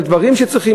דברים שהם צריכים,